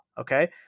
Okay